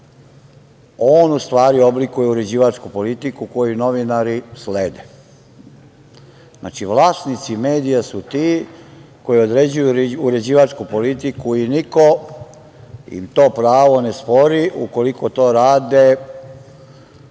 on u stvari oblikuje uređivačku politiku koju novinari slede. Znači, vlasnici medija su ti koji određuju uređivačku politiku i niko im to pravo ne spori ukoliko to rade u smislu poštovanja